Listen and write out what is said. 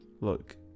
Look